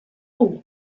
all